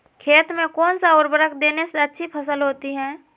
खेत में कौन सा उर्वरक देने से अच्छी फसल होती है?